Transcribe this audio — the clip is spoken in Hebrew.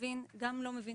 אומרת,